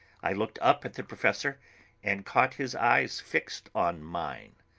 i looked up at the professor and caught his eyes fixed on mine.